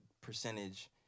percentage